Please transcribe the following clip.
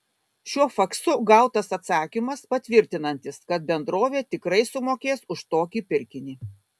šiuo faksu gautas atsakymas patvirtinantis kad bendrovė tikrai sumokės už tokį pirkinį